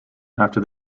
after